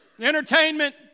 entertainment